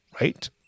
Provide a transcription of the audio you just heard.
Right